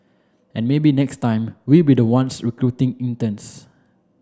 and maybe next time we'll be the ones recruiting interns